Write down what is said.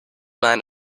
man